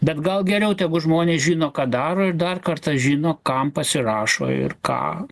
bet gal geriau tegu žmonės žino ką daro ir dar kartą žino kam pasirašo ir ką